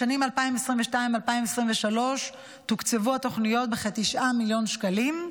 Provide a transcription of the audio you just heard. בשנים 2022 ו-2023 תוקצבו התוכניות בכ-9 מיליון שקלים.